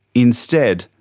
instead,